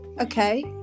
Okay